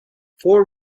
four